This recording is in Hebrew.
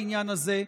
בעניין הזה,